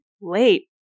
late